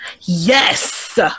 Yes